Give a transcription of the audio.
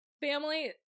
Family